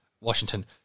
Washington